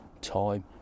time